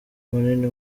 munini